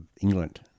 England